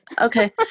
Okay